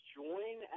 join